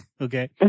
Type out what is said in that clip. okay